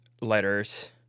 letters